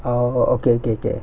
orh okay okay okay